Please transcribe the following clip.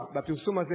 בפרסום הזה,